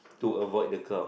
to avoid the cloud